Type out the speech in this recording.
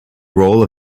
role